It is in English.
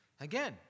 Again